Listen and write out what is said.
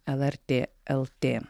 lrt lt